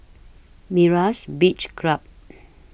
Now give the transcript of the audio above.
Myra's Beach Club